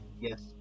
yes